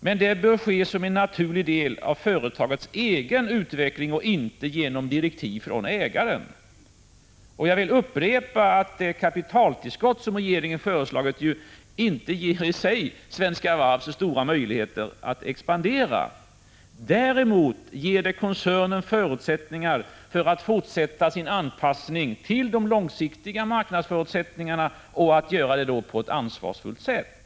Men detta bör ske som en naturlig del av företagets egen utveckling och inte genom direktiv från ägaren. Jag upprepar också att det kapitaltillskott som regeringen föreslagit inte i sig ger Svenska Varv så stora möjligheter att expandera. Däremot ger det koncernen möjligheter att fortsätta sin anpassning till de långsiktiga marknadsförutsättningarna och att göra detta på ett ansvarsfullt sätt.